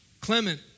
Clement